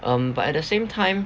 um but at the same time